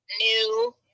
new